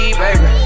baby